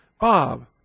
Bob